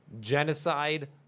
genocide